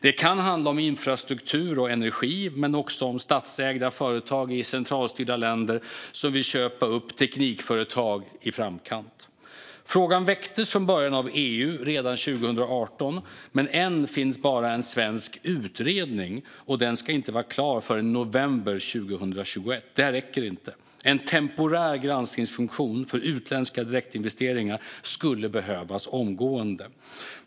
Det kan handla om infrastruktur och energi. Det kan också handla om att statsägda företag i centralstyrda länder vill köpa upp teknikföretag i framkant. Frågan väcktes från början av EU redan 2018. Än så länge finns bara en svensk utredning, och den ska inte vara klar förrän i november 2021. Detta räcker inte. En temporär granskningsfunktion för utländska direktinvesteringar skulle behövas omgående.